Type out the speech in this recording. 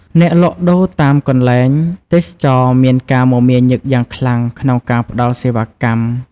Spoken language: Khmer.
អ្នកលក់ដូរតាមកន្លែងទេសចរណ៍មានការមមាញឹកយ៉ាងខ្លាំងក្នុងការផ្តល់សេវាកម្ម។